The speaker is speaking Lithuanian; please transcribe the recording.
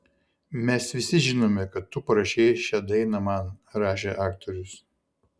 mes visi žinome kad tu parašei šią dainą man rašė aktorius